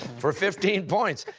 for fifteen points,